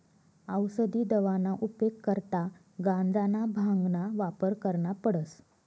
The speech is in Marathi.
औसदी दवाना उपेग करता गांजाना, भांगना वापर करना पडस